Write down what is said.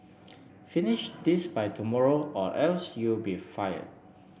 finish this by tomorrow or else you'll be fired